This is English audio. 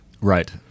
Right